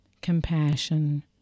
compassion